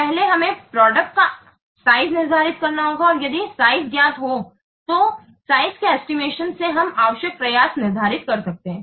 प्रथम हमें प्रोडक्ट का आकार निर्धारित करना होगा और यदि आकार ज्ञात हो तो आकार के एस्टिमेशन से हम आवश्यक प्रयास निर्धारित कर सकते हैं